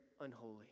unholy